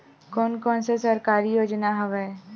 कोन कोन से सरकारी योजना हवय?